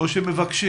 מבקשים.